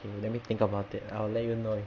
okay let me think about it I'll let you know if